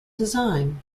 design